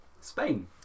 Spain